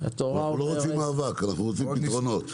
אנחנו לא רוצים מאבק, אנחנו רוצים פתרונות.